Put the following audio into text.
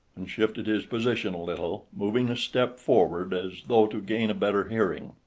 and shifted his position a little, moving a step forward as though to gain a better hearing.